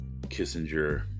Kissinger